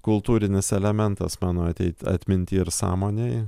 kultūrinis elementas mano ateit atminty ir sąmonėj